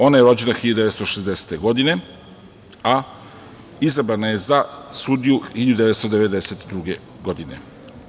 Ona je rođena 1960. godine, a izabrana je za sudiju 1992. godine.